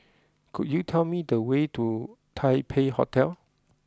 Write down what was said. could you tell me the way to Taipei Hotel